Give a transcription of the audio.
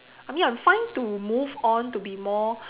I mean I'm fine to move on to be more